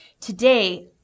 Today